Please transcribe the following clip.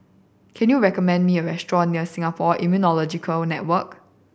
can you recommend me a restaurant near Singapore Immunology Network